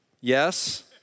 Yes